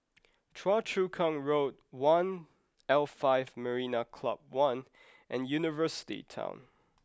Choa Chu Kang Road One L five Marina Club One and University Town